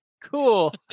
cool